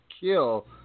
kill